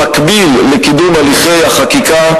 במקביל לקידום הליכי החקיקה,